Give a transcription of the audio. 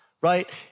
right